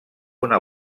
una